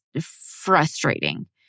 frustrating